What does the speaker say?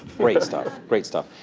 great stuff. great stuff.